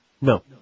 No